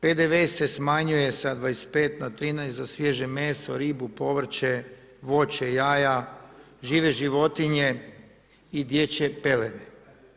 PDV se smanjuje sa 25 na 13 za svježe meso, ribu, povrće, voće, jaja, žive životinje i dječje pelene.